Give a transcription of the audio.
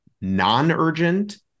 non-urgent